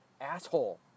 asshole